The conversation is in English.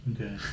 Okay